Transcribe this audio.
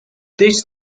this